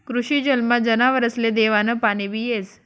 कृषी जलमा जनावरसले देवानं पाणीबी येस